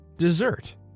dessert